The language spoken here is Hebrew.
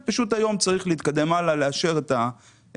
צריך היום להתקדם הלאה ולאשר את המיסוי.